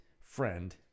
friend